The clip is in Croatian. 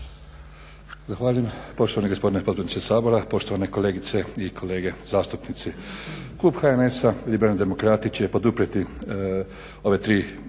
Zahvaljujem poštovani gospodine potpredsjedniče Sabora, poštovane kolegice i kolege zastupnici. Klub HNS-a Liberalni demokrati će poduprijeti ova tri